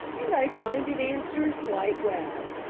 and i find it answers quite well.